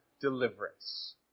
deliverance